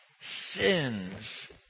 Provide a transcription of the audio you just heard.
Sins